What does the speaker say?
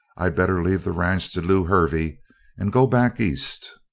i'd better leave the ranch to lew hervey and go back east.